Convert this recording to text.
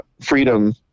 Freedom